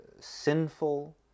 sinful